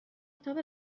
کتاب